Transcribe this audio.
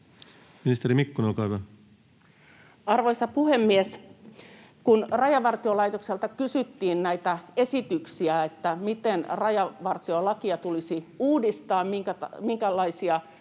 Ministeri Mikkonen, olkaa hyvä. Arvoisa puhemies! Kun Rajavartiolaitokselta kysyttiin näitä esityksiä, miten rajavartiolakia tulisi uudistaa, minkälaisia